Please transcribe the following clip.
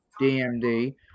DMD